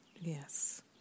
Yes